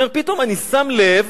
הוא אומר: פתאום אני שם לב